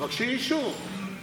תבקשי אישור.